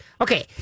Okay